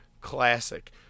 classic